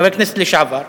חבר כנסת לשעבר,